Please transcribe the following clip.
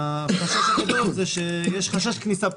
המצב הוא כזה שהחשש הגדול הוא שיש חשש כניסה פנימה.